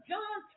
John